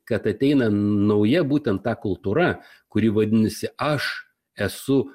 kad ateina nauja būtent ta kultūra kuri vadinasi aš esu